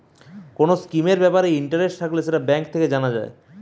কোন স্কিমের ব্যাপারে ইন্টারেস্ট থাকলে সেটা ব্যাঙ্ক থেকে জানা যায়